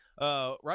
Right